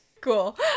Cool